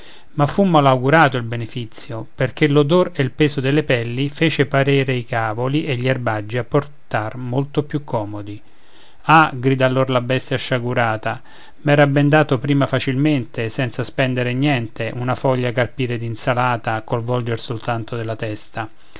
ma fu malaugurato il benefizio perché l'odor e il peso delle pelli fece parere i cavoli e gli erbaggi a portar molto più comodi ah grida allor la bestia sciagurata m'era ben dato prima facilmente senza spendere niente una foglia carpire d'insalata col volgere soltanto della testa